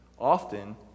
Often